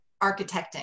architecting